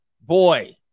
Boy